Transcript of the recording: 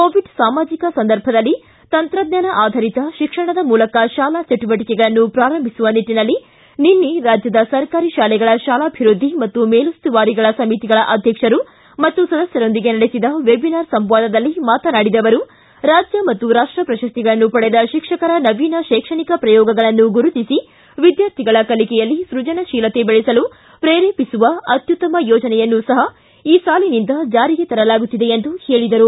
Covid ಸಾಮಾಜಿಕ ಸಂದರ್ಭದಲ್ಲಿ ತಂತ್ರಜ್ಞಾನ ಆಧರಿತ ಶಿಕ್ಷಣದ ಮೂಲಕ ಶಾಲಾ ಚಟುವಟಕೆಗಳನ್ನು ಪ್ರಾರಂಭಿಸುವ ನಿಟ್ಟನಲ್ಲಿ ನಿನ್ನೆ ರಾಜ್ಯದ ಸರ್ಕಾರಿ ಶಾಲೆಗಳ ಶಾಲಾಭಿವೃದ್ದಿ ಮತ್ತು ಮೇಲುಸ್ತುವಾರಿ ಸಮಿತಿಗಳ ಅಧ್ಯಕ್ಷರು ಮತ್ತು ಸದಸ್ಯರೊಂದಿಗೆ ನಡೆಸಿದ ವೆಬಿನಾರ್ ಸಂವಾದದಲ್ಲಿ ಮಾತನಾಡಿದ ಅವರು ರಾಜ್ಯ ಮತ್ತು ರಾಷ್ಟ ಪ್ರಶಸ್ತಿಗಳನ್ನು ಪಡೆದ ಶಿಕ್ಷಕರ ನವೀನ ಶೈಕ್ಷಣಿಕ ಪ್ರಯೋಗಗಳನ್ನು ಗುರುತಿಸಿ ವಿದ್ಯಾರ್ಥಿಗಳ ಕಲಿಕೆಯಲ್ಲಿ ಸ್ಕಜನಶೀಲತೆ ಬೆಳೆಸಲು ಪ್ರೇರೇಪಿಸುವ ಅತ್ಯುತ್ತಮ ಯೋಜನೆಯನ್ನು ಸಹ ಈ ಸಾಲಿನಿಂದ ಜಾರಿಗೆ ತರಲಾಗುತ್ತಿದೆ ಎಂದು ಹೇಳಿದರು